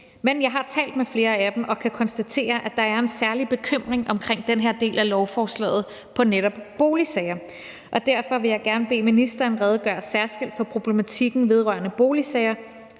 Men jeg har talt med flere af dem og kan konstatere, at der er en særlig bekymring omkring den her del af lovforslaget på netop boligsager, og derfor vil jeg gerne bede ministeren redegøre særskilt for problematikken vedrørende boligsager